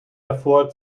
davor